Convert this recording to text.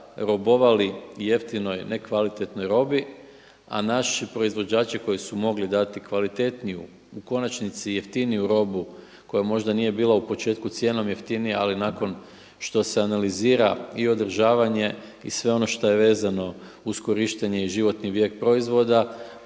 robovali jeftinoj nekvalitetnoj robi, a naši proizvođači koji su mogli dati kvalitetniju u konačnici i jeftiniju robu koja možda nije bila u početku cijenom jeftinija, ali nakon što se analizira i održavanje i sve ono što je vezano uz korištenje i životni vijek proizvoda,